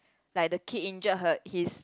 like the kid injured her his